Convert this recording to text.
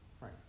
Right